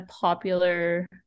popular